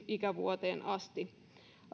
ikävuoteen asti